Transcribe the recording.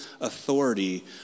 authority